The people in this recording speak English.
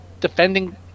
defending